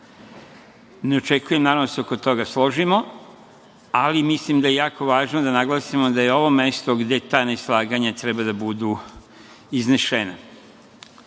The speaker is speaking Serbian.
očekujem, naravno, da se oko toga složimo, ali mislim da je jako važno da naglasimo da je ovo mesto gde ta neslaganja treba da budu iznesena,